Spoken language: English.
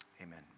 Amen